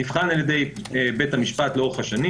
נבחן על ידי בית המשפט לאורך השנים.